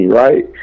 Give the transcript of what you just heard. right